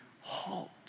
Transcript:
halt